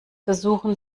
versuchen